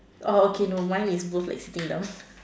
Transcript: oh okay no mine is like both sitting down